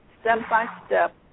step-by-step